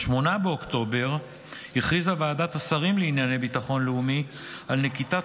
ב-8 באוקטובר הכריזה ועדת השרים לענייני ביטחון לאומי על נקיטת